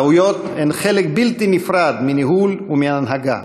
טעויות הן חלק בלתי נפרד מניהול ומהנהגה,